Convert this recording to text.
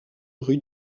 rue